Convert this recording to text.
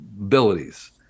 abilities